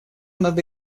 надо